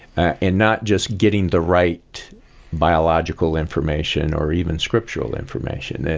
and not just getting the right biological information, or even scriptural information.